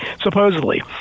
supposedly